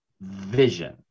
vision